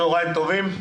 צוהריים טובים.